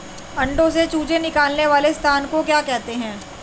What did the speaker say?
अंडों से चूजे निकलने वाले स्थान को क्या कहते हैं?